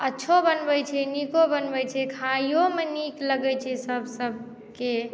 अच्छा बनबै छी नीको बनबै छी खाइयोमे नीक लगै छै सभकेँ